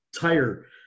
tire